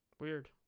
Weird